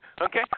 Okay